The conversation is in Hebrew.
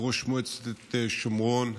ראש מועצת שומרון,